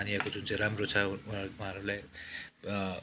नानीहरूको जुन चाहिँ राम्रो छ उहाँ उहाँहरूलाई